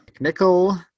Nickel